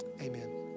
Amen